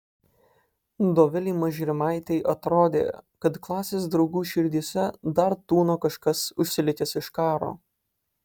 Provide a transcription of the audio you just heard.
dovilei mažrimaitei atrodė kad klasės draugų širdyse dar tūno kažkas užsilikęs iš karo